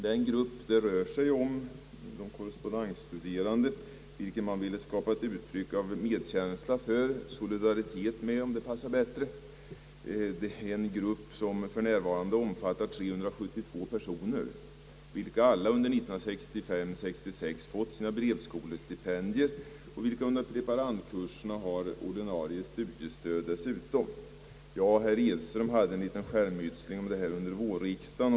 Den grupp det rör sig om, de korrespondensstuderande, vilken man ville skapa ett uttryck av medkänsla för — solidaritet, om det passar bättre — omfattar för närvarande 372 personer, vilka alla under 1965/ 66 fått sina brevskolestipendier och vilka under preparandkursen har ordinarie studiestöd dessutom. Herr Edström och jag hade en liten skärmytsling om detta under vårriksdagen.